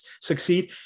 succeed